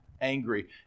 angry